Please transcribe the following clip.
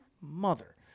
mother